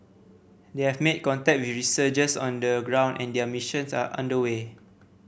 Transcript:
they have made contact with researchers on the ground and their missions are under way